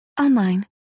Online